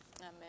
Amen